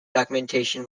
documentation